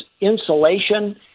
insulation